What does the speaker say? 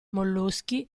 molluschi